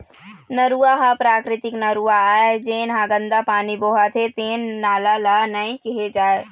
नरूवा ह प्राकृतिक नरूवा आय, जेन ह गंदा पानी बोहाथे तेन नाला ल नइ केहे जाए